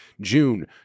June